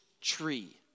tree